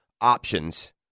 options